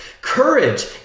Courage